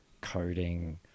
coding